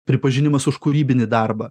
pripažinimas už kūrybinį darbą